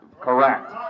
Correct